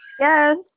Yes